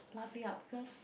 laugh it out because